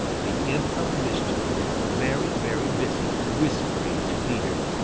the imp of mischief was very, very busy whispering to peter.